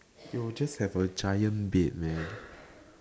he will just have a giant bed man